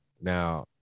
Now